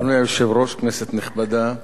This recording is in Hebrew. אדוני היושב-ראש, כנסת נכבדה,